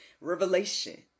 revelation